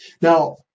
Now